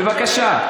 בבקשה.